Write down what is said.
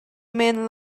men